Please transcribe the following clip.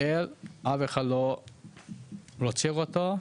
יואל אף אחד לא רוצה אותו,